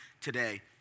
today